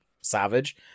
Savage